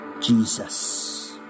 Jesus